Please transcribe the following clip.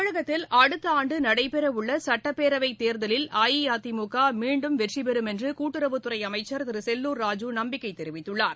தமிழகத்தில் அடுத்தஆண்டுநடைபெறவுள்ளசட்டப்பேரவைத் தேர்தலில் அஇஅதிமுகமீண்டும் வெற்றிபெறும் என்றுகூட்டுறவுத்துறைஅமைச்சர் திருசெல்லூர் ராஜூ நம்பிக்கைத் தெரிவித்துள்ளார்